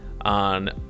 on